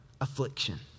affliction